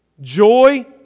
joy